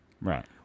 right